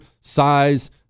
size